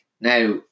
Now